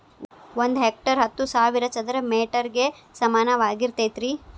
ಒಂದ ಹೆಕ್ಟೇರ್ ಹತ್ತು ಸಾವಿರ ಚದರ ಮೇಟರ್ ಗ ಸಮಾನವಾಗಿರತೈತ್ರಿ